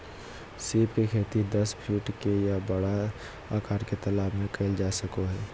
सीप के खेती दस फीट के या बड़ा आकार के तालाब में कइल जा सको हइ